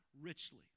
richly